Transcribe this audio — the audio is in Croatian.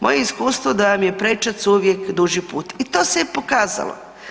Moje iskustvo da vam je prečac uvijek duži put i to se je pokazalo.